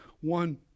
one